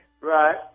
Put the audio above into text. Right